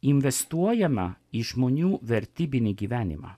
investuojama į žmonių vertybinį gyvenimą